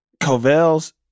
Covell's